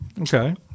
Okay